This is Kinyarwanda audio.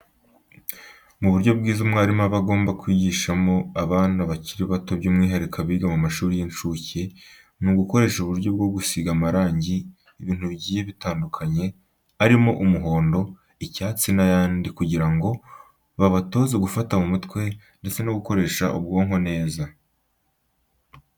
Mu buryo bwiza umwarimu aba agomba kwigishamo abana bakiri bato by'umwihariko abiga mu mashuri y'incuke, ni ugukoresha uburyo bwo gusiga amarangi ibintu bigiye bitandukanye, arimo umuhondo, icyatsi n'ayandi kugira ngo babatoze gufata mu mutwe ndetse no gukoresha ubwonko neza.